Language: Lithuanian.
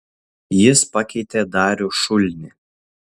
jis pakeitė darių šulnį